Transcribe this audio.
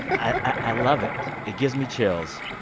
i love it. it gives me chills.